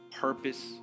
purpose